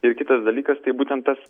ir kitas dalykas tai būtent tas